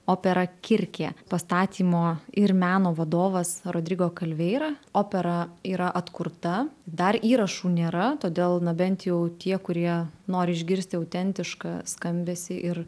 opera kirkė pastatymo ir meno vadovas rodrigo kalveira opera yra atkurta dar įrašų nėra todėl na bent jau tie kurie nori išgirsti autentišką skambesį ir